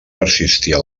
persistia